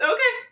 Okay